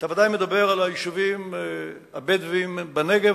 אתה בוודאי מדבר על היישובים הבדואיים בנגב,